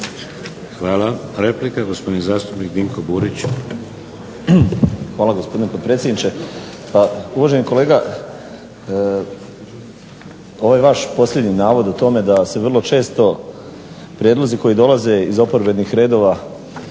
Hvala. Replika gospodin zastupnik Dinko Burić. **Burić, Dinko (HDSSB)** Hvala gospodine potpredsjedniče. Pa uvaženi kolega ovaj vaš posljednji navod o tome da se vrlo često prijedlozi koji dolaze iz oporbenih redova